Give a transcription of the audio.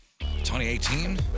2018